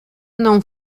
não